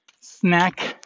snack